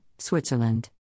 Switzerland